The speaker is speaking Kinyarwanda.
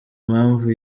impamvu